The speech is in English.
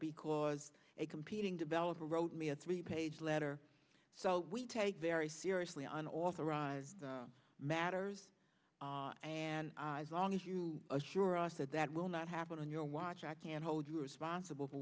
because a competing developer wrote me a three page letter so we take very seriously on authorized matters and as long as you assure us that that will not happen on your watch i can't hold you responsible for